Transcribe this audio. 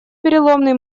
переломный